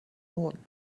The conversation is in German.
norden